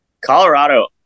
Colorado